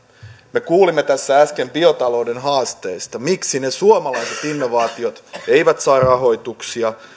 me kuulimme tässä äsken biotalouden haasteista miksi ne suomalaiset innovaatiot eivät saa rahoituksia